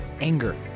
anger